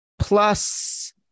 plus